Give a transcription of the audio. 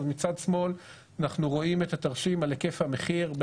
מצד שמאל אנחנו רואים את התרשים על היקף המחיר,